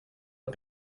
att